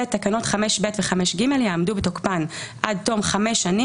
(ב) תקנות 5ב ו-5ג יעמדו בתוקפן עד תום חמש שנים